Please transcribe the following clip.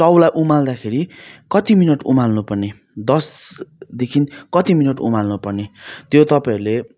चाउलाई उमाल्दाखेरि कति मिनट उमाल्नु पर्ने दसदेखि कति मिनट उमाल्नु पर्ने त्यो तपाईँहरूले